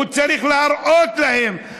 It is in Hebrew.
הוא צריך להראות להם.